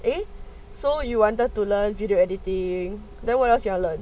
eh so you wanted to learn video editing then what else you want to learn